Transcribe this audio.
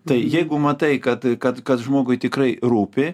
tai jeigu matai kad kad kad žmogui tikrai rūpi